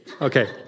Okay